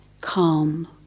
calm